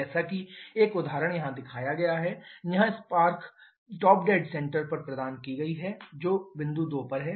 जैसा कि एक उदाहरण यहां दिखाया गया है यहां चिंगारी टॉप डेड सेंटर पर प्रदान की गई है जो बिंदु 2 पर है